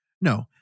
No